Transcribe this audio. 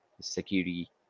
security